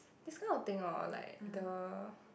this kind of thing hor like the